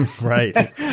Right